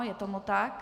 Je tomu tak?